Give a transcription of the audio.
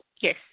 Yes